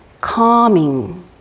calming